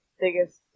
biggest